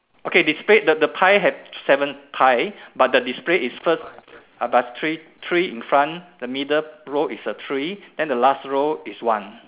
okay display the the pie have seven pie but the display is first but three three in front the middle roll is the three then the last roll is one